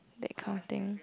that kind of thing